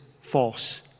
false